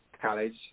college